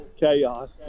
Chaos